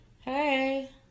Hey